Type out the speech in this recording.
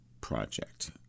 Project